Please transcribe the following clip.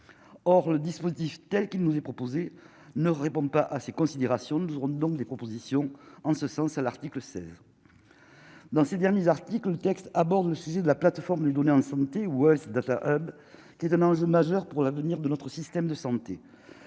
or le dispositif telle qu'il nous est proposé ne répond pas à ces considérations, nous aurons donc des propositions en ce sens à l'article 16 dans ces derniers articles, textes abordent le sujet de la plateforme lui donner en de santé World qui est un enjeu majeur pour l'avenir de notre système de santé